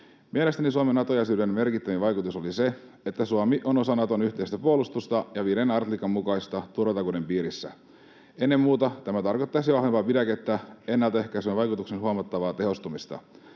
Mielestäni Suomen Nato-jäsenyyden merkittävin vaikutus oli se, että Suomi on osa Naton yhteistä puolustusta ja 5. artiklan mukaisesti turvatakuiden piirissä. Ennen muuta tämä tarkoittaisi vahvempaa pidäkettä ja ennalta ehkäisevän vaikutuksen huomattavaa tehostumista.